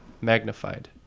Magnified